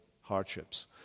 hardships